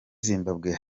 zimbabwe